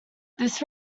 this